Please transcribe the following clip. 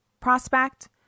prospect